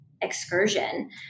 excursion